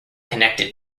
connected